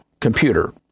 computer